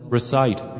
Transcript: Recite